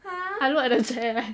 I looked at the chair eh